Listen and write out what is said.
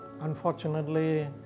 Unfortunately